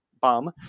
bomb